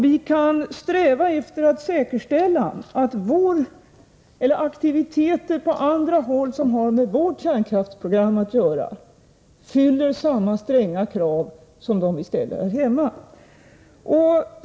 Vi kan sträva efter att säkerställa att aktiviteter på andra håll som har med vårt kärnkraftsprogram att göra uppfyller samma stränga krav som dem som vi ställer här hemma.